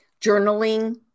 journaling